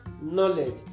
knowledge